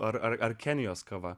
ar ar kenijos kava